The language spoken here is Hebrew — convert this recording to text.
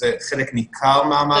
שזה חלק ניכר מהמעבדות.